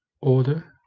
Order